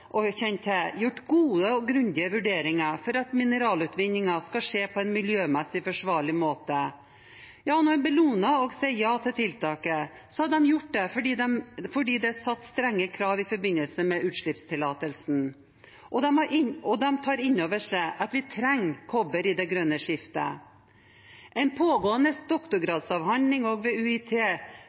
hva jeg kan se og kjenner til, gjort gode og grundige vurderinger for at mineralutvinningen skal skje på en miljømessig forsvarlig måte. Når også Bellona sier ja til tiltaket, er det fordi det er stilt strenge krav i forbindelse med utslippstillatelsen, og at de tar inn over seg at vi trenger kobber i det grønne skiftet. En pågående doktorgradsavhandling ved UiT,